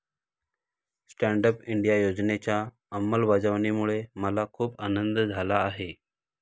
stand up India योजनेच्या अंमलबजावणीमुळे मला खूप आनंद झाला आहे